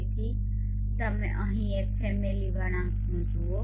તેથી તમે અહીં એક ફેમિલી વળાંકનો જુઓ છો